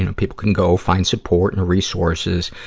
and people can go find support and resources.